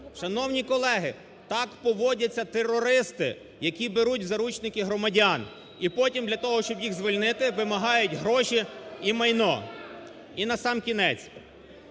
Шановні колеги, так поводяться терористи, які беруть в заручники громадян і потім для того, щоб їх звільнити, вимагають гроші і майно. (Шум в